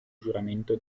giuramento